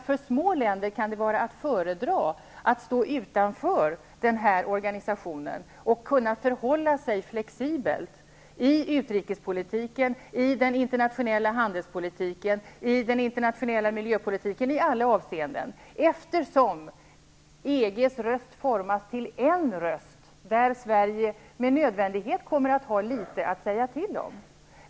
För små länder kan det vara att föredra att stå utanför organisationen och kunna förhålla sig flexibla i utrikespolitiken, i den internationella handelspolitiken och miljöpolitiken. EG:s röst formas till en röst, där Sverige med nödvändighet kommer att ha litet att säga till om.